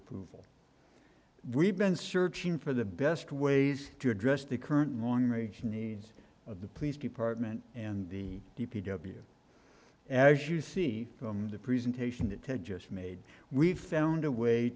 approval we've been searching for the best ways to address the current longreach needs of the police department and the d p w as you see from the presentation that ted just made we found a way